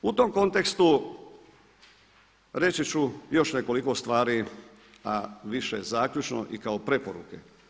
U tom kontekstu reći ću još nekoliko stvari, a više zaključno i kao preporuke.